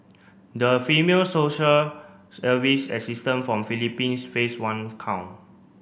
the female social service assistant from Philippines face one count